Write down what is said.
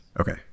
Okay